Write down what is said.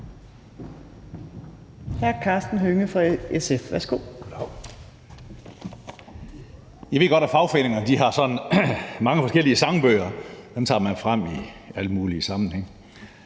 Karsten Hønge (SF): I ved godt, at fagforeninger har mange forskellige sangbøger, og dem tager man frem i alle mulige sammenhænge.